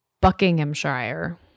Buckinghamshire